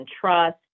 trust